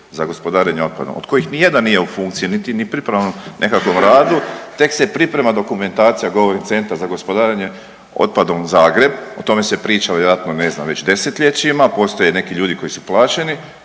za gospodarenje otpadom od kojih ni jedan nije u funkciji, niti ni pripremnom nekakvom radu, tek se priprema dokumentacija govori Centra za gospodarenje otpadom Zagreb, o tome se priča vjerojatno ne znam već desetljećima, postoje neki ljudi koji su plaćeni,